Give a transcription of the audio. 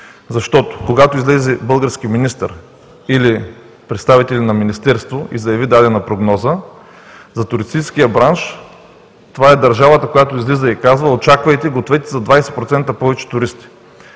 защото, когато излезе български министър или представители на Министерството и заяви дадена прогноза, за туристическия бранш, това е държавата, която излиза и казва: „Очаквайте, гответе се за 20% повече туристи.“